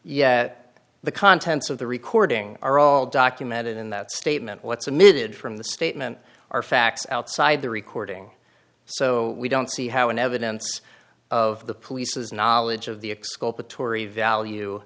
yet the contents of the recording are all documented in that statement what's emitted from the statement are facts outside the recording so we don't see how an evidence of the police's knowledge of the exculpatory value